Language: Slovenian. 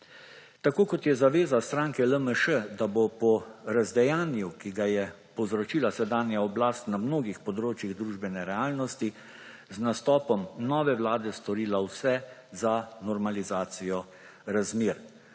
Tako kot je zaveza stranke LMŠ, da bo po razdejanju, ki ga je povzročila sedanja oblast na mnogih področjih družbene realnosti, z nastopom nove vlade storila vse za normalizacijo razmer.